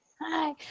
hi